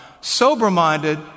sober-minded